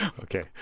Okay